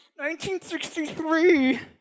1963